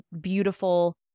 beautiful